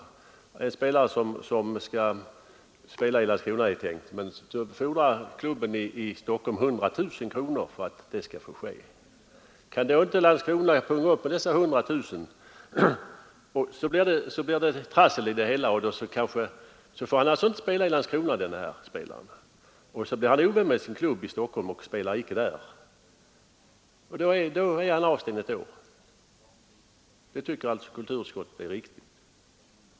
Det är tänkt att en spelare skall spela i Landskrona, men då fordrar klubben i Stockholm 100 000 kronor för att det skall få ske. Kan inte Landskrona punga ut med dessa 100 000 kronor blir det trassel, och spelaren får alltså inte spela i Landskrona. Han blir kanske ovän med sin klubb i Stockholm och spelar icke där — då är han avstängd ett år. Detta tycker alltså kulturutskottet är riktigt.